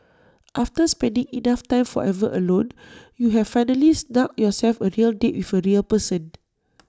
after spending enough time forever alone you have finally snugged yourself A real date with A real person